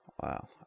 Wow